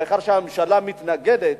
מאחר שהממשלה מתנגדת,